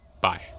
Bye